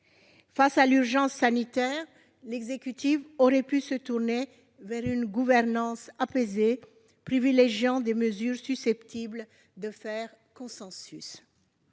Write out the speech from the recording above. Face à l'urgence sanitaire, l'exécutif aurait pu se tourner vers une gouvernance apaisée, privilégiant des mesures susceptibles de faire consensus.